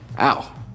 Ow